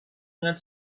not